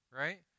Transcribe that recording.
Right